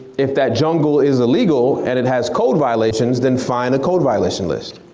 if that jungle is illegal and it has code violations then find a code violation list.